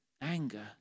anger